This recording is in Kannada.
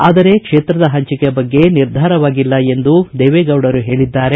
ಆದರೆ ಕ್ಷೇತ್ರದ ಹಂಚಿಕೆ ಬಗ್ಗೆ ನಿರ್ಧಾರವಾಗಿಲ್ಲ ಎಂದು ದೇವೇಗೌಡರು ಹೇಳಿದ್ದಾರೆ